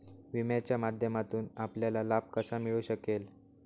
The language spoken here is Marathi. विम्याच्या माध्यमातून आपल्याला लाभ कसा मिळू शकेल?